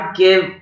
give